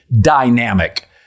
dynamic